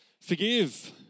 forgive